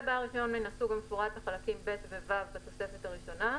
בעל רישיון מן הסוג המפורט בחלקים ב' ו-ו' בתוספת הראשונה,